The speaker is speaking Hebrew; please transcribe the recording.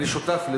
אתה מחוץ לעולם,